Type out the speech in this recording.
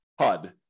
HUD